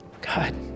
God